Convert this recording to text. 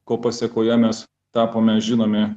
ko pasekoje mes tapome žinomi